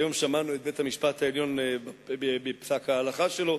היום שמענו את בית-המשפט העליון בפסק ההלכה שלו.